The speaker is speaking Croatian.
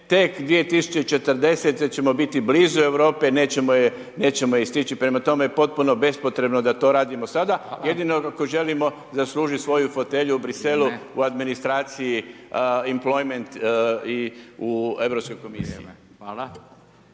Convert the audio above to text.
tek 2040. ćemo biti blizu Europe, nećemo je stići, prema tome, potpuno bespotrebno da to radimo sada, jedino ako želimo zaslužiti svoju fotelju u Bruxellesu u administraciji, employment i u Europskoj komisiji. Hvala.